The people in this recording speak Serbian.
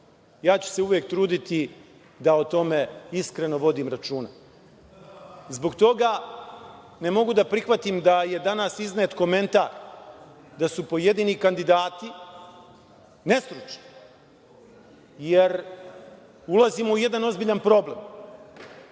Ja ću se uvek truditi da o tome iskreno vodim računa. Zbog toga ne mogu da prihvatim da je danas iznet komentar da su pojedini kandidati nestručni, jer ulazimo u jedan ozbiljan problem.